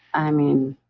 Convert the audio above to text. i mean,